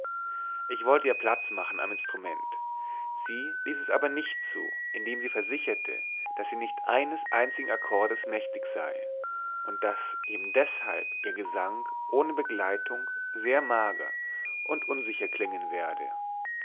ich wollte ihr platz machen am instrument sie ließ es aber nicht zu indem sie versicherte daß sie nicht eines einzigen akkordes mächtig sei und daß ebendeshalb ihr gesang ohne begleitung sehr mager und unsicher klingen werde